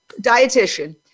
dietitian